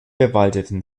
bewaldeten